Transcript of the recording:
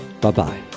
Bye-bye